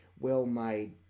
well-made